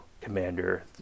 commander